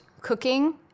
cooking